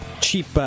cheap